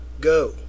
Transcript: Go